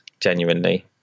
genuinely